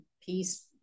peace